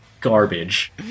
Garbage